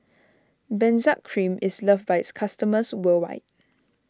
Benzac Cream is loved by its customers worldwide